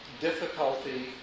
difficulty